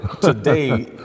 Today